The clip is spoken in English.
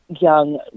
Young